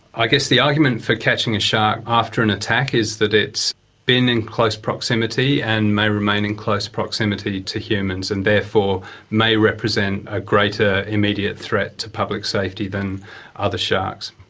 i guess the argument for catching a shark after an attack is that it's been in close proximity and may remain in close proximity to humans and therefore may represent a greater immediate threat to public safety than other sharks.